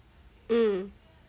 um